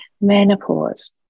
menopause